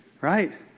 right